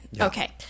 Okay